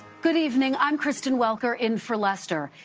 good evening, i'm kristen welker in for lester.